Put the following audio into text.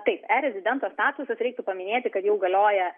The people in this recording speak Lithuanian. taip erezidento statusas reiktų paminėti kad jau galioja